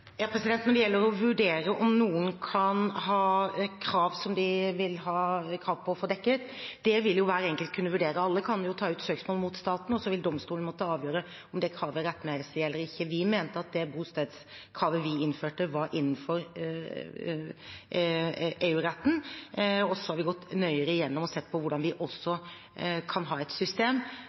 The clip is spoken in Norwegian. Når det gjelder å vurdere om noen kan ha krav som de vil ha krav på å få dekket, vil jo hver enkelt kunne vurdere det. Alle kan ta ut søksmål mot staten, og så vil domstolen måtte avgjøre om det kravet er rettmessig eller ikke. Vi mente at bostedskravet vi innførte, var innenfor EU-retten, og så har vi gått nøyere igjennom og sett på hvordan vi også kan ha et system